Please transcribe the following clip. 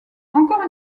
encore